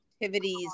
activities